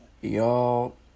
y'all